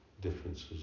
differences